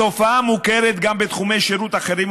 התופעה מוכרת גם בתחומי שירות אחרים,